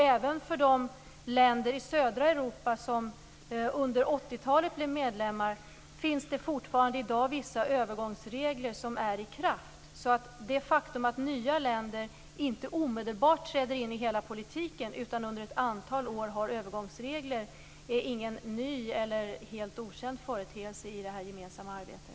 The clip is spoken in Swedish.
Även för de länder i södra Europa som under 80-talet blev medlemmar finns det ännu i dag vissa övergångsregler som är i kraft. Det faktum att nya länder inte omedelbart träder in i hela politiken utan under ett antal år har övergångsregler är ingen ny eller helt okänd företeelse i det här gemensamma arbetet.